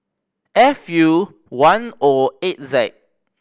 F U one O eight Z